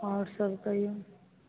आओर सब कहिऔ